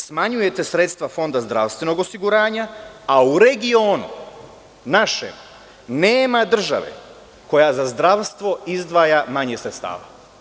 Smanjujete sredstva Fonda zdravstvenog osiguranja, a u regionu našem nema države koja za zdravstvo izdvaja manje sredstava.